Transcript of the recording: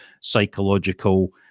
psychological